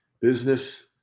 business